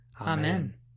Amen